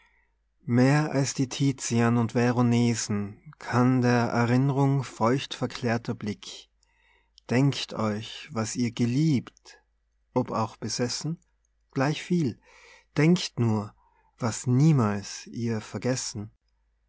mehr als die tizian und veronesen kann der erinn'rung feuchtverklärter blick denkt euch was ihr geliebt ob auch besessen gleichviel denkt nur was niemals ihr vergessen